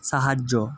সাহায্য